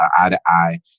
eye-to-eye